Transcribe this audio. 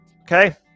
Okay